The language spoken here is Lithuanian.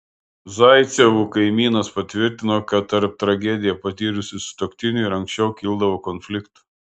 zaicevų kaimynas patvirtino kad tarp tragediją patyrusių sutuoktinių ir anksčiau kildavo konfliktų